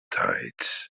tides